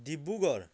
Dibrugarh